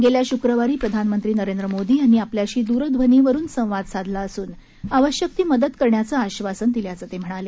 गेल्या शुक्रवारी प्रधानमंत्री नरेंद्र मोदी यांनी आपल्याशी द्रध्वनीवरून संवाद साधला असून आवश्यक ती मदत करण्याचं आश्वासन दिल्याचं ते म्हणाले